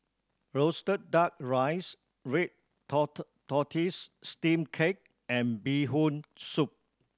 roasted Duck Rice red tortoise steamed cake and Bee Hoon Soup